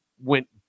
went